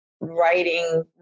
writing